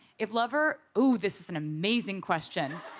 if lover. oh! this is an amazing question!